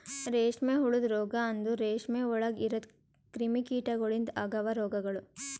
ರೇಷ್ಮೆ ಹುಳದ ರೋಗ ಅಂದುರ್ ರೇಷ್ಮೆ ಒಳಗ್ ಇರದ್ ಕ್ರಿಮಿ ಕೀಟಗೊಳಿಂದ್ ಅಗವ್ ರೋಗಗೊಳ್